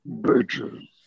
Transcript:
Bitches